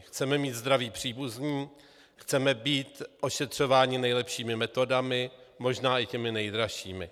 Chceme mít zdravé příbuzné, chceme být ošetřováni nejlepšími metodami, možná i těmi nejdražšími.